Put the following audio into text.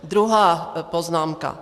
Druhá poznámka.